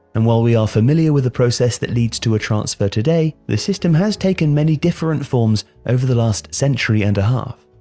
and while we are familiar with the processes that lead to a transfer today, the system has taken many different forms over the last century and a half.